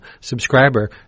subscriber